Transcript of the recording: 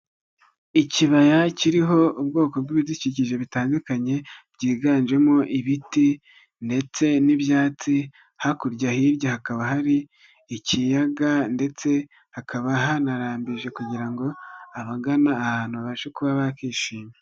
Ikibaya kiriho ubwoko bw'ibidukikije bitandukanye byiganjemo ibiti ndetse n'ibyatsi, hakurya hirya hakaba hari ikiyaga ndetse hakaba hanarambije kugira ngo abagana aha hantu babashe kuba bakishima.